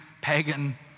pagan